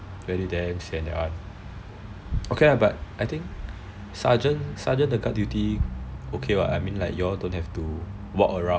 really damn sian that one but I think sergeant the guard duty okay [what] I mean like you all don't have to walk around